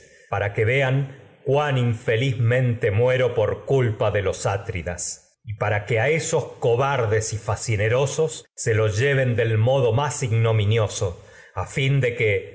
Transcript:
para que vean cuán infelizmente muero por culpa de los atridas y para que a esos cobardes y facinerosos que se los lleven del modo más ignominioso a fin de como vean que